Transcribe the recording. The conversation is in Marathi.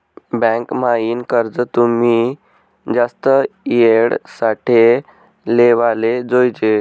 बँक म्हाईन कर्ज तुमी जास्त येळ साठे लेवाले जोयजे